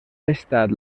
estat